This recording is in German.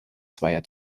zweier